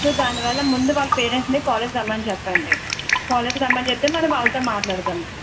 so దాని వల్ల ముందు వాళ్ళ పేరెంట్స్ని కాలేజ్కి రమ్మని చెప్పండి కాలేజ్కి రమ్మని చెప్తే మనం వాళ్ళతో మాట్లాడదాము